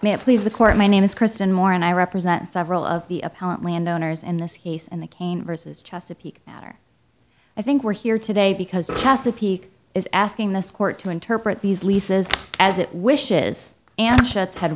it please the court my name is kristen moore and i represent several of the appellant landowners in this case and the cain versus chesapeake matter i think we're here today because the chesapeake is asking this court to interpret these leases as it wishes and shots had